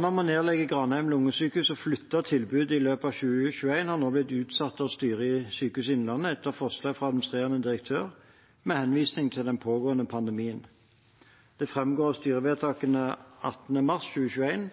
om å nedlegge Granheim lungesykehus og flytte tilbudet i løpet av 2021 har nå blitt utsatt av styret i Sykehuset Innlandet etter forslag fra administrerende direktør med henvisning til den pågående pandemien. Det framgår av styrevedtakene 18. mars 2021